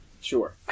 Sure